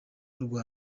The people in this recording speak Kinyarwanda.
rwa